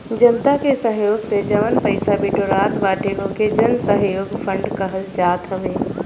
जनता के सहयोग से जवन पईसा बिटोरात बाटे ओके जनसहयोग फंड कहल जात हवे